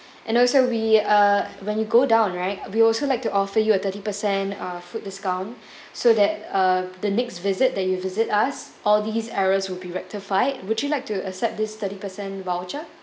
and also we uh when you go down right we also like to offer you a thirty percent uh food discount so that uh the next visit that you visit us all these errors will be rectified would you like to accept this thirty percent voucher